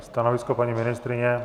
Stanovisko paní ministryně?